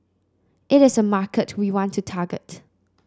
it is a mark we want to target